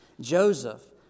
Joseph